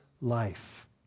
life